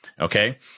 Okay